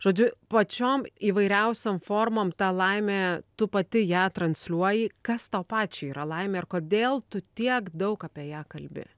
žodžiu pačiom įvairiausiom formom ta laimė tu pati ją transliuoji kas tau pačiai yra laimė ir kodėl tu tiek daug apie ją kalbi